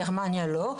גרמניה לא.